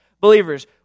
believers